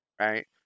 Right